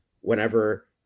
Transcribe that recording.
whenever